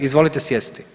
Izvolite sjesti.